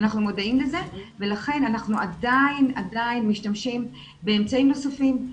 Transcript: אנחנו מודעים לזה ולכן אנחנו עדיין משתמשים באמצעים נוספים.